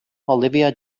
olivia